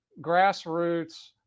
grassroots